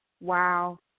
wow